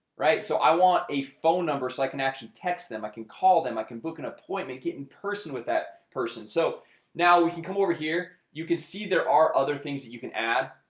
right? so i want a phone number so i like can actually text them i can call them i can book an appointment get in person with that person. so now we can come over here you can see there are other things that you can add.